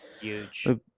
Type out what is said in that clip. Huge